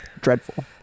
dreadful